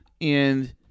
And-